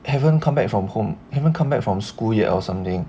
I haven't come back from home haven't come back from school yet or something